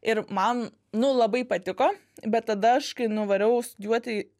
ir man nu labai patiko bet tada aš kai nuvariau studijuoti